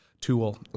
tool